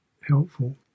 helpful